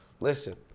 listen